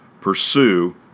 pursue